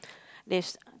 there's